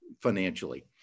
financially